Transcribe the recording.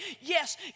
Yes